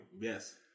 Yes